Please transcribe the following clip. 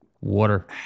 Water